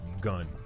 gun